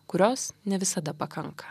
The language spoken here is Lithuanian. kurios ne visada pakanka